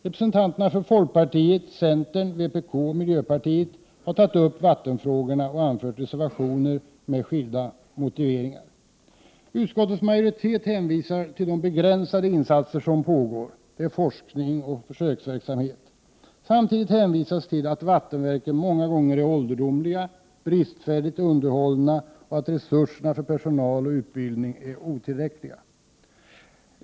Representanterna för folkpartiet, centern, vpk och miljöpartiet har tagit upp vattenfrågorna och anfört reservationer med skilda motiveringar. Utskottets majoritet hänvisar till de begränsade insatser som pågår, forskning och försöksverksamhet. Samtidigt påpekas att vattenverken många gånger är ålderdomliga, bristfälligt underhållna samt att resurserna för personal och utbildning är otillräckliga.